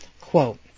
quote